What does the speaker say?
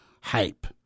hype